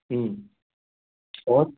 हूँ और